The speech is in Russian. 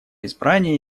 избрание